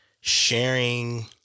sharing